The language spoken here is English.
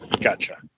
Gotcha